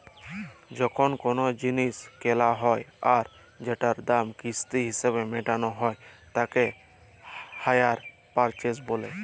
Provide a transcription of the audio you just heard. যখন কোলো জিলিস কেলা হ্যয় আর সেটার দাম কিস্তি হিসেবে মেটালো হ্য়য় তাকে হাইয়ার পারচেস বলে